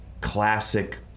classic